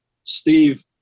Steve